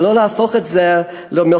ולא להפוך את זה למלחמה,